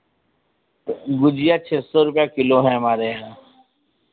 तो गुझिया छह सौ रुपैया किलो है हमारे यहाँ